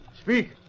Speak